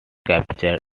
capture